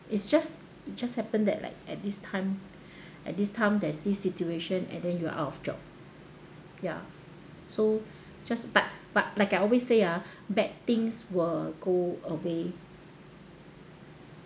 it's just it just happened that like at this time at this time there's this situation and then you are out of job ya so just but but like I always say ah bad things will go away